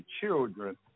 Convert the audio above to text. children